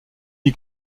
est